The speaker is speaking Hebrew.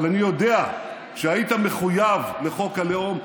אבל אני יודע שהיית מחויב לחוק הלאום.